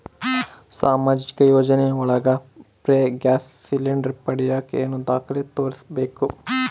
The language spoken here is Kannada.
ಸಾಮಾಜಿಕ ಯೋಜನೆ ಒಳಗ ಫ್ರೇ ಗ್ಯಾಸ್ ಸಿಲಿಂಡರ್ ಪಡಿಯಾಕ ಏನು ದಾಖಲೆ ತೋರಿಸ್ಬೇಕು?